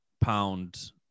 pound